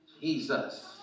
Jesus